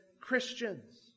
Christians